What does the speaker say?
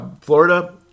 Florida